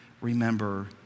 remember